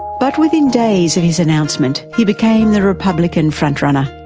but within days of his announcement he became the republican frontrunner.